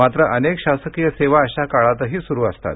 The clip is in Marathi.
मात्र अनेक शासकीय सेवा अशा काळातही सुरू असतात